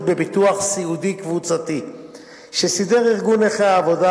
בביטוח סיעודי קבוצתי שסידר ארגון נכי העבודה,